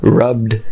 rubbed